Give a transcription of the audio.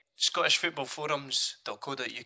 scottishfootballforums.co.uk